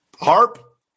Harp